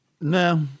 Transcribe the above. No